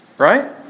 Right